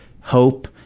hope